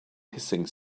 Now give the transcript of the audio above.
hissing